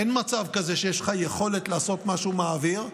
אין מצב כזה שיש לך יכולת לעשות משהו מהאוויר,